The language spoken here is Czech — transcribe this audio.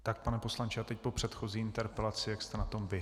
Tak, pane poslanče, a teď po předchozí interpelaci, jak jste na tom vy?